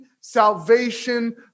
salvation